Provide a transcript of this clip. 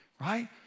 right